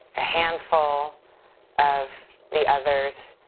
a handful of the others,